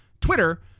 Twitter